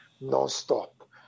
non-stop